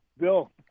Bill